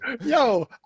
Yo